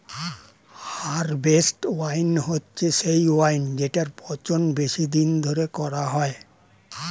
harvest wine হচ্ছে সেই wine জেটার পচন বেশি দিন ধরে করা হয়